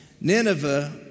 Nineveh